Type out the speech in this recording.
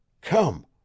Come